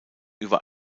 über